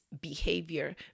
behavior